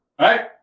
right